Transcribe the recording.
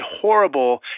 horrible